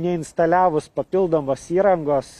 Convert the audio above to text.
neinstaliavus papildomos įrangos